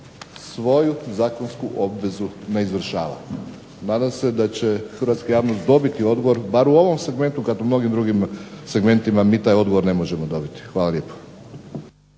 svoju zakonsku obvezu ne izvršava. Nadam se da će Hrvatska javnost dobiti odgovor bar u ovom segmentu kada u mnogim drugim segmentima mi taj odgovor ne možemo dobiti. Hvala lijepo.